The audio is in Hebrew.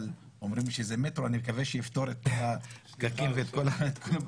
אבל אומרים שהמטרו באמת יפתור את כל הפקקים ואת כל ה --- סליחה,